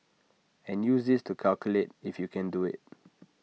and use this to calculate if you can do IT